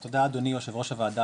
תודה, אדוני יושב-ראש הוועדה